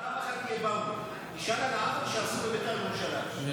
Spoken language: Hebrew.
על העוול שעשו לבית"ר ירושלים פעם אחת.